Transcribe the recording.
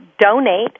donate